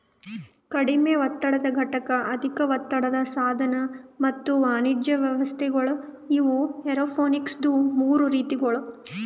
ಕಡಿಮೆ ಒತ್ತಡದ ಘಟಕ, ಅಧಿಕ ಒತ್ತಡದ ಸಾಧನ ಮತ್ತ ವಾಣಿಜ್ಯ ವ್ಯವಸ್ಥೆಗೊಳ್ ಇವು ಏರೋಪೋನಿಕ್ಸದು ಮೂರು ರೀತಿಗೊಳ್